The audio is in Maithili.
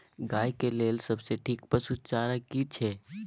गाय के लेल सबसे ठीक पसु चारा की छै?